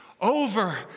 over